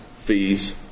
fees